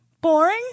Boring